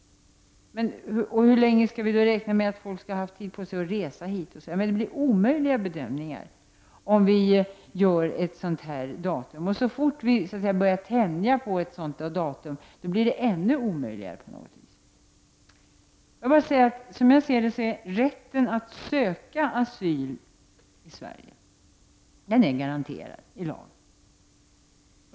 Hur lång tid skall vi räkna med att de har på sig för att resa hit? Det blir omöjliga bedömningar. Så fort vi börjar tänja på datumet blir det ännu svårare. Rätten att söka asyl i Sverige är garanterad i lag.